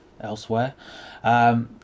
elsewhere